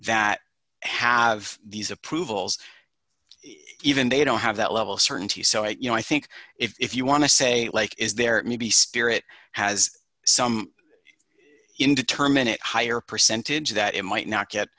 that have these approvals even they don't have that level of certainty so i you know i think if you want to say is there maybe spirit has some indeterminate higher percentage that it might not get